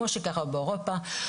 כמו שקרה באירופה,